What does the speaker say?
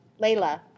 Layla